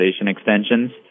extensions